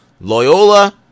Loyola